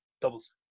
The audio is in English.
Doubles